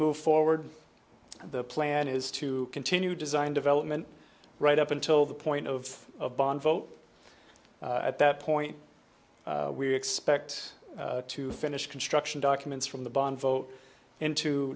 move forward the plan is to continue design development right up until the point of a bond vote at that point we expect to finish construction documents from the bond vote into